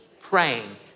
praying